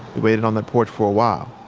waited on that porch for awhile.